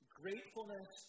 gratefulness